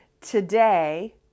today